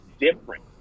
different